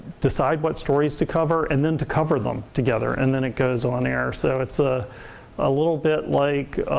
decide what stories to cover and then to cover them together. and then it goes on air. so it's ah a little bit like